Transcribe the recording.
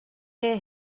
hear